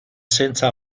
senza